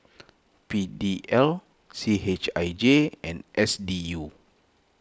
P D L C H I J and S D U